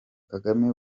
kagame